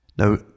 Now